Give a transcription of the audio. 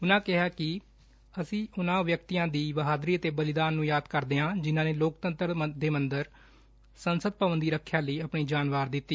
ਉਨੂਂ ਕਿਹਾ ਕਿ ਅਸੀਂ ਉਨਾਂ ਵਿਅਕਤੀਆਂ ਦੀ ਬਹਾਦਰੀ ਤੇ ਬਲੀਦਾਨ ਨੂੰ ਯਾਦ ਕਰਦੇ ਹਾਂ ਜਿਨੂਾਂ ਨੇ ਲੋਕਤੰਤਰ ਦੇ ਮੰਦਿਰ ਸੰਸਦ ਭਵਨ ਦੀ ਰੱਖਿਆ ਲਈ ਆਪਣੀ ਜਾਨ ਵਾਰ ਦਿੱਤੀ